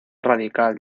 radical